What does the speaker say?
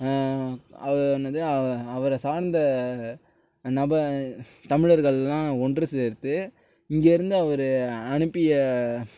என்னது அவரை சார்ந்த நபர் தமிழர்கள்லாம் ஒன்று சேர்த்து இங்கேயிருந்து அவர் அனுப்பிய